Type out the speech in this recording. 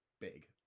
big